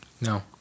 No